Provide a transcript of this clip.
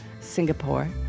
Singapore